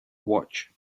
watch